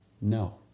No